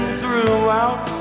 throughout